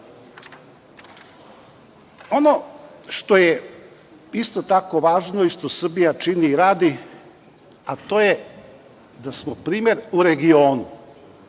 što je isto tako važno i što Srbija čini i radi, to je da smo primer u regionu,